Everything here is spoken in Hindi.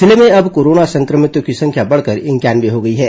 जिले में अब कोरोना संक्रमितों की संख्या बढ़कर इंक्यानवे हो गई है